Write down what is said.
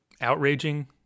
outraging